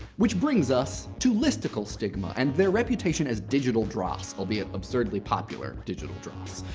which brings us to listicle stigma and their reputation as digital draws, albeit absurdly popular digital draws.